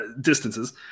distances